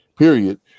Period